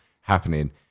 happening